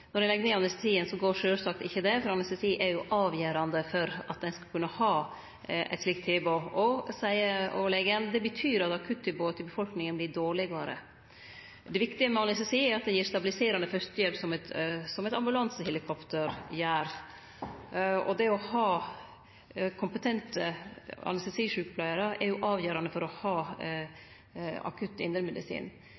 Når de legger ned anestesien, går det ikke.» For anestesi er avgjerande for at ein skal kunne ha eit slikt tilbod. Og vidare seier overlegen: «Det betyr at akuttilbudet til befolkningen blir dårligere. Det viktige med anestesien er at de gir stabiliserende førstehjelp som et ambulansehelikopter gjør.» Det å ha kompetente anestesisjukepleiarar er avgjerande for å ha akutt indremedisin.